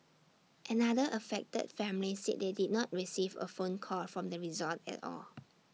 another affected family said they did not receive A phone call from the resort at all